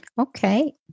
Okay